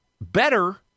better